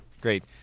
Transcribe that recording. Great